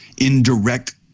indirect